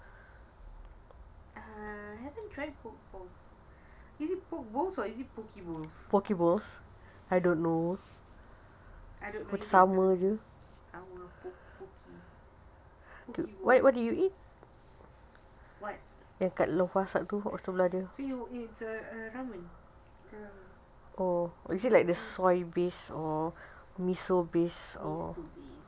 err I haven't tried poke bowls is it poke bowls or it poke bowls I don't know either sama poke bowls what it's it's a ramen miso based